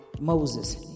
Moses